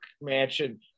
mansion